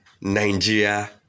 Nigeria